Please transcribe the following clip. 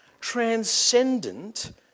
transcendent